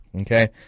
Okay